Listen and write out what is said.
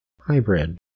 hybrid